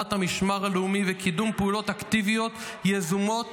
הקמת המשמר הלאומי וקידום פעולות אקטיביות יזומות